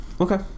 Okay